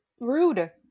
Rude